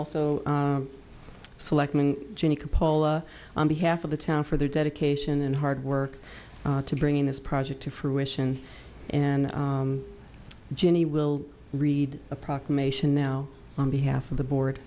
also selectman cupola on behalf of the town for their dedication and hard work to bringing this project to fruition and jenny will read a proclamation now on behalf of the board